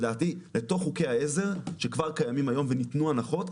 כאן לדעתי בתוך חוקי העזר שכבר קיימים היום וניתנו הנחות,